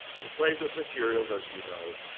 he plays with materials, as you know.